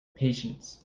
patience